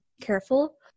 careful